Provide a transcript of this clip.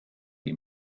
die